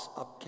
up